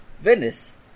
Venice